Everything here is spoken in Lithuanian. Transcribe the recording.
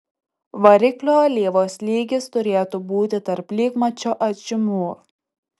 variklio alyvos lygis turėtų būti tarp lygmačio atžymų